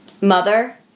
mother